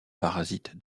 parasite